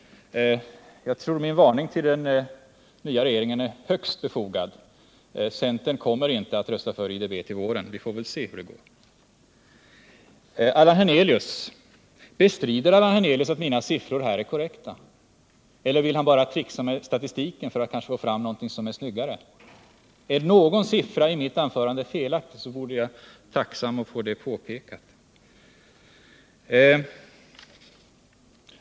Min varning till den nya regeringen är nog högst befogad. Centern kommer inte att rösta för IDB till våren, men vi får väl se hur det går. Bestrider Allan Hernelius att mina siffror är korrekta, eller vill han bara trixa med statistiken för att få fram någonting som är snyggare? Är någon siffra i mitt anförande felaktig, vore jag tacksam att få det påpekat.